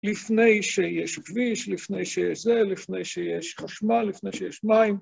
לפני שיש כביש, לפני שיש זה, לפני שיש חשמל, לפני שיש מים.